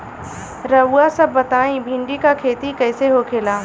रउआ सभ बताई भिंडी क खेती कईसे होखेला?